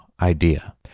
idea